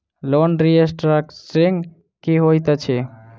Loan restructuring की होइत अछि?